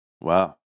Wow